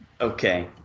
Okay